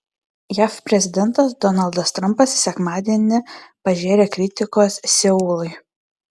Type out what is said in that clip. jav prezidentas donaldas trampas sekmadienį pažėrė kritikos seului